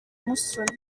musoni